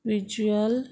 visual